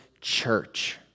church